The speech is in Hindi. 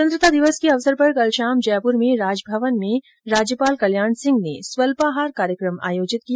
स्वतंत्रता दिवस के अवसर पर कल शाम जयपुर में राजभवन में राज्यपाल कल्याण सिंह ने स्वल्पाहार कार्यक्रम आयोजित किया